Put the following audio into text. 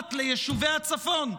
החל"ת ליישובי הצפון,